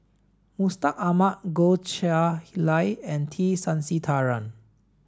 Mustaq Ahmad Goh Chiew Lye and T Sasitharan